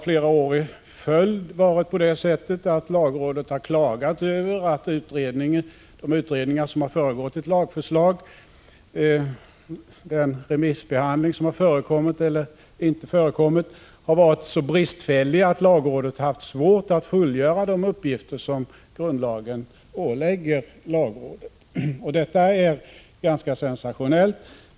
Flera år i följd har lagrådet klagat över att de utredningar som har föregått ett lagförslag och den remissbehandling som har förekommit har varit så bristfällig att lagrådet har haft svårt att fullgöra de uppgifter som grundlagen ålägger lagrådet. I vissa fall har det inte förekommit någon remissbehandling alls. Detta är ganska sensationellt.